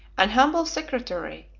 an humble secretary,